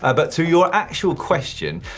ah but to your actual question,